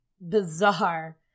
bizarre